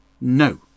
No